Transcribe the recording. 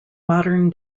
modern